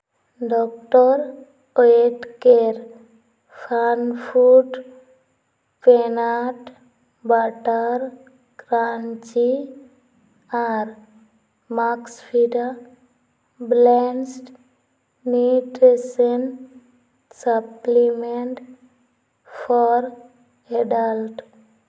ᱫᱚᱴᱚᱞ ᱚᱭᱮᱴ ᱠᱮᱞ ᱦᱟᱨᱱᱯᱷᱩᱰ ᱯᱮᱱᱟᱭ ᱵᱟᱴᱟᱨ ᱠᱟᱨᱱᱪᱤ ᱟᱨ max fibre blends nutrition supplement for adult